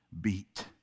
beat